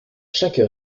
chaque